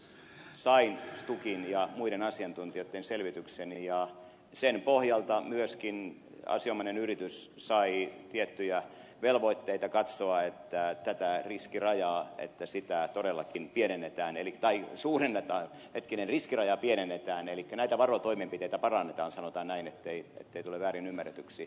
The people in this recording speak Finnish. sain stukin ja muiden asiantuntijoitten selvityksen ja sen pohjalta myöskin asianomainen yritys sai tiettyjä velvoitteita katsoa että tätä riskirajaa todellakin pienennetään erittäin suurina tai pitkine riskiraja pienennetään elikkä näitä varotoimenpiteitä parannetaan sanotaan näin ettei tule väärin ymmärretyksi